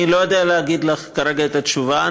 אני לא יודע להגיד לך כרגע את התשובה.